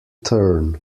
turn